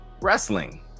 wrestling